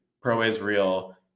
pro-Israel